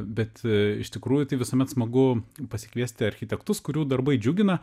bet iš tikrųjų tai visuomet smagu pasikviesti architektus kurių darbai džiugina